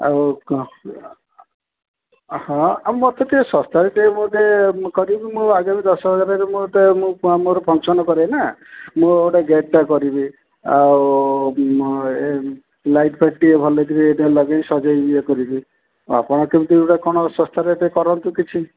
ଆଉ ହଁ ଆଉ ମୋତେ ଟିକେ ଶସ୍ତାରେ ଟିକେ ମୋତେ କରିବି ମୋ ଆଗାମୀ ଦଶହରାରେ ମୋତେ ମୁଁ ମୋର ଫଙ୍କସନ୍ କରେନା ମୁଁ ଗୋଟେ ଗେଟ୍ଟା କରିବି ଆଉ ଏ ଲାଇଟ୍ ଫାଇଟ୍ ଟିକେ ଭଲକରି ଇଏ ଟିକେ ଲଗେଇବି ସଜାଇବି ଇଏ କରିବି ଆପଣ କେମିତି ଗୋଟେ କ'ଣ ଶସ୍ତାରେ କରନ୍ତୁ କିଛି